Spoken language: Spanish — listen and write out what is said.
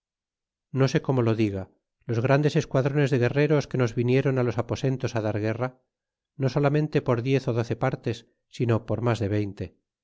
no sé como lo diga los grandes esquadrones de guerreros que nos viniéron á los aposentos á dar guerra no solamente por diez ó doce partes sino por mas de veinte